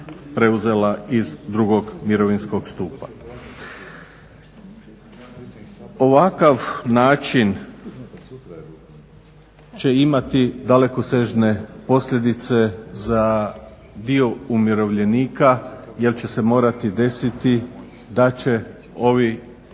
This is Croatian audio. preuzela iz drugog mirovinskog stupa. Ovakav način će imati dalekosežne posljedice za dio umirovljenika jer će se morati desiti da će ovi